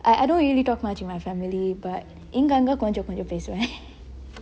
I I don't really talk much to my family but இங்க அங்க கொஞ்சொ கொஞ்சொ பேசுவ:inge angge konjo konjo pesuve